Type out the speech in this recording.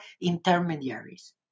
intermediaries